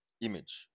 image